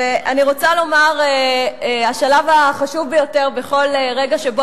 אני רוצה לומר שהשלב החשוב ביותר ברגע שבו